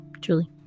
truly